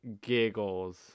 Giggles